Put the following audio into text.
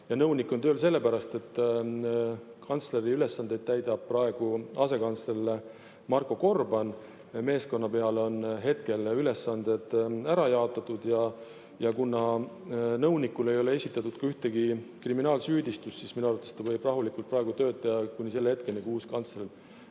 Nõunik on tööl sellepärast, et kantsleri ülesandeid täidab praegu asekantsler Marko Gorban. Meeskonna peale on ülesanded ära jaotatud. Kuna nõunikule ei ole esitatud ühtegi kriminaalsüüdistust, siis minu arvates võib ta rahulikult praegu tööd teha, kuni selle hetkeni, kui uus kantsler